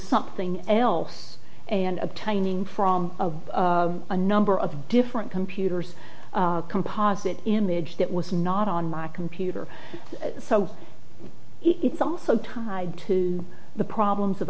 something else and obtaining from a a number of different computers composite image that was not on my computer so it's also tied to the problems of